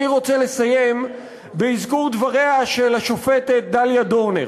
אני רוצה לסיים באזכור דבריה של השופטת דליה דורנר,